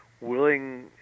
willing